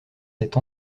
cette